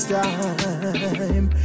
time